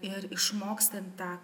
ir išmokstant tą